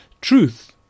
truth